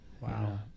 Wow